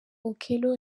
okello